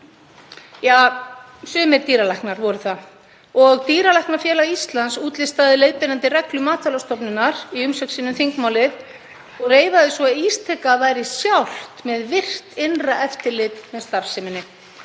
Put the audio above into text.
— sumir dýralæknar voru það. Dýralæknafélag Íslands útlistaði leiðbeinandi reglur Matvælastofnunar í umsögn sinni um þingmálið og reifaði svo að Ísteka væri sjálft með virkt innra eftirlit með starfseminni